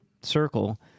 circle